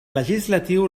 legislatiu